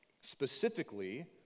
Specifically